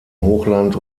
hochland